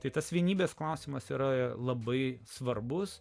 tai tas vienybės klausimas yra labai svarbus